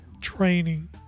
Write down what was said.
training